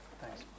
Thanks